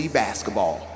basketball